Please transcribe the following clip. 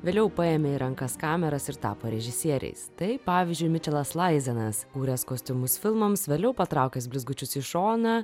vėliau paėmė į rankas kameras ir tapo režisieriais tai pavyzdžiui mičelas laizenas kūręs kostiumus filmams vėliau patraukęs blizgučius į šoną